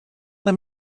let